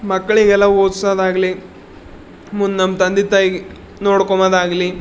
ಮಕ್ಕಳಿಗೆಲ್ಲ ಓದಿಸೋದಾಗ್ಲಿ ಮುಂದೆ ನಮ್ಮ ತಂದೆ ತಾಯಿಗೆ ನೋಡ್ಕೊಮೊದಾಗ್ಲಿ